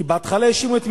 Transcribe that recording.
יכול להיות שתענה לפני כן.